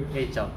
then you chao